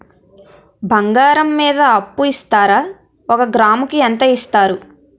బంగారం మీద అప్పు ఇస్తారా? ఒక గ్రాము కి ఎంత ఇస్తారు?